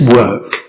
work